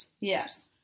yes